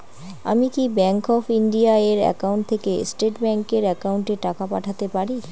আমি কি bank of India এর একাউন্ট থেকে স্টেট ব্যাংক এর একাউন্টে টাকা পাঠাতে পারি?